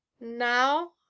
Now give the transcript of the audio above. Now